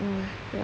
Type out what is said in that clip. yeah